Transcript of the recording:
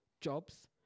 jobs